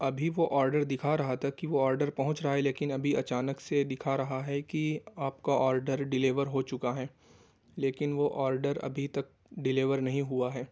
ابھی وہ آرڈر دکھا رہا تھا کہ وہ آرڈر پہنچ رہا ہے کہ لیکن ابھی اچانک سے دکھا رہا ہے کہ آپ کا آرڈر ڈیلیور ہو چکا ہے لیکن وہ آرڈر ابھی تک ڈیلیور نہیں ہوا ہے